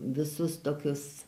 visus tokius